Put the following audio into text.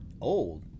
old